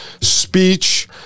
speech